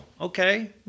Okay